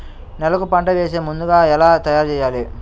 నేలను పంట వేసే ముందుగా ఎలా తయారుచేయాలి?